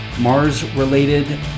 Mars-related